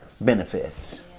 benefits